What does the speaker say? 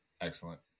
Excellent